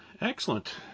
excellent